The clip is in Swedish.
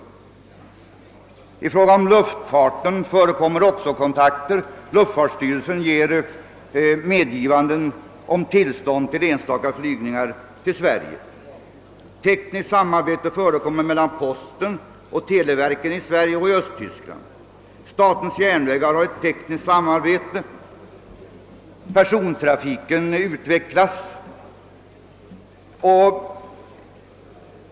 Även i fråga om luftfarten förekommer kontakter; luftfartsstyrelsen ger tillstånd till flygningar till Sverige. Tekniskt samarbete förekommer mellan posten och telegrafverken i Sverige och Östtyskland. Statens järnvägar har ett tekniskt samarbete med Östtyskland och persontrafiken utvecklas.